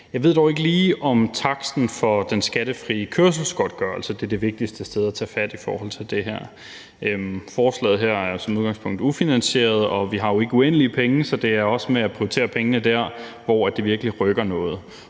Jeg ved dog ikke lige, om taksten for den skattefri kørselsgodtgørelse er det vigtigste sted at tage fat i forhold til det her. Forslaget her er som udgangspunkt ufinansieret, og vi har jo ikke uendelig med penge, så det handler også om at prioritere pengene der, hvor det virkelig rykker noget.